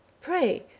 pray